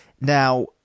now